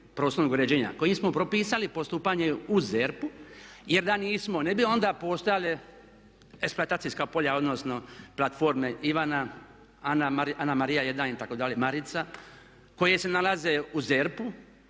kojim smo propisali postupanje u ZERP-u, jer da nismo ne bi onda postojale eksploatacijska polja, odnosno platforme Ivana, Anamarija 1 itd., Marica koje se nalaze u ZERP-u.